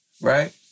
right